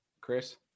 Chris